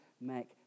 make